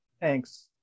Thanks